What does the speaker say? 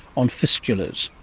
on fistulas,